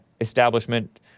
establishment